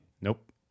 Nope